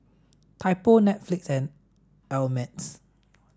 Typo Netflix and Ameltz